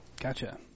Gotcha